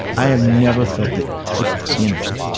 i have never felt that type of energy.